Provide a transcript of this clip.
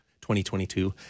2022